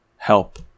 help